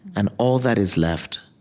and all that is left